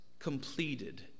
completed